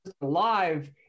live